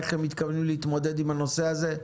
איך הם מתכוונים להתמודד עם הנושא הזה.